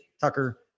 Tucker